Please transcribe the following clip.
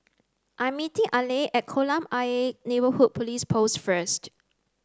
I meeting Aleah at Kolam Ayer Neighbourhood Police Post first